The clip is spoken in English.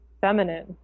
feminine